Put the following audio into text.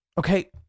Okay